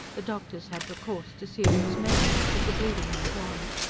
the doctors had recourse to serious measures. but the bleeding went on.